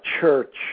church